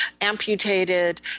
amputated